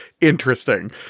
Interesting